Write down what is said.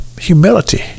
humility